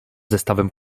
zestawem